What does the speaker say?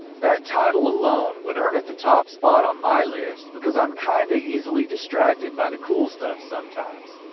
that title alone would earn it the top spot on my list because i'm kinda, easily distracted by the cool stuff sometimes.